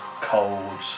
cold